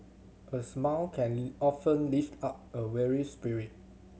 a smile can often lift up a weary spirit